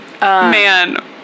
Man